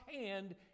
hand